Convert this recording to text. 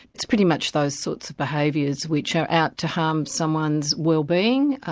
it's pretty much those sorts of behaviours which are out to harm someone's wellbeing.